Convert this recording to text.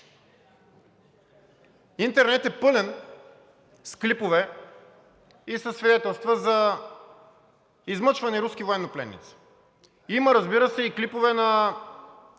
Интернет е пълен с клипове и със свидетелства за измъчвани руски военнопленници. Има, разбира се, и клипове на